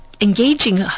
engaging